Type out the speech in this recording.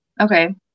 Okay